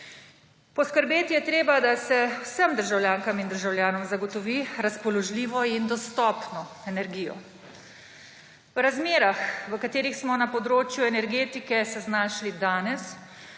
Poskrbeti je treba, da se vsem državljankam in državljanom zagotovi razpoložljivo in dostopno energijo. V razmerah, v katerih smo se na področju energetike znašli danes,